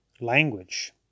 language